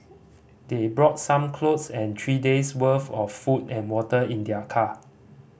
they brought some clothes and three days' worth of food and water in their car